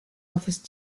office